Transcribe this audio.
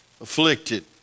afflicted